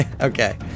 Okay